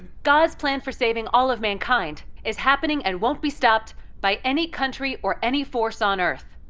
god's plan for saving all of mankind is happening and won't be stopped by any country or any force on earth.